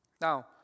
Now